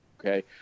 Okay